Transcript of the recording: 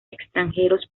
extranjeros